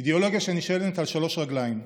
אידיאולוגיה שנשענת על שלוש רגליים: